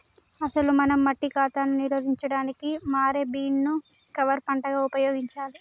అసలు మనం మట్టి కాతాను నిరోధించడానికి మారే బీన్ ను కవర్ పంటగా ఉపయోగించాలి